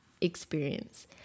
experience